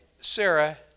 Sarah